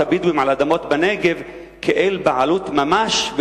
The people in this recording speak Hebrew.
הבדואים על אדמות בנגב כאל בעלות ממש,